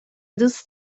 دوست